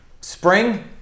spring